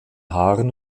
haaren